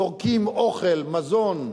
זורקים אוכל, מזון,